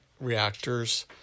reactors